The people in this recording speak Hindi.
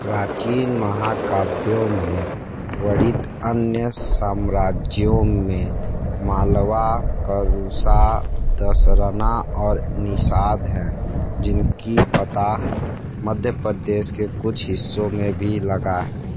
प्राचीन महाकाव्यों में वर्णित अन्य साम्राज्यों में मालवा करुशा दशरना और निषाद हैं जिनकी पता मध्य प्रदेश के कुछ हिस्सों मे भी लगा है